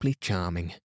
charming